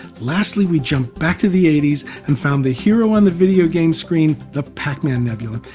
lastly we jumped back to the eighty s and found the hero on the video game screen, the pacman nebula,